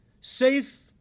safe